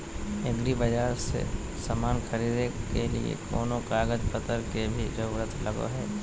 एग्रीबाजार से समान खरीदे के लिए कोनो कागज पतर के भी जरूरत लगो है?